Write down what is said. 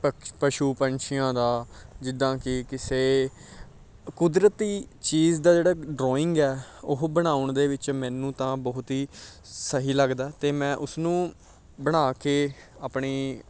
ਪਕਸ਼ ਪਸ਼ੂ ਪੰਛੀਆਂ ਦਾ ਜਿੱਦਾਂ ਕਿ ਕਿਸੇ ਕੁਦਰਤੀ ਚੀਜ਼ ਦਾ ਜਿਹੜਾ ਡਰਾਇੰਗ ਆ ਉਹ ਬਣਾਉਣ ਦੇ ਵਿੱਚ ਮੈਨੂੰ ਤਾਂ ਬਹੁਤ ਹੀ ਸਹੀ ਲੱਗਦਾ ਅਤੇ ਮੈਂ ਉਸਨੂੰ ਬਣਾ ਕੇ ਆਪਣੀ